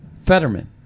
Fetterman